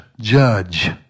judge